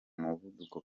muvuduko